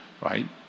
right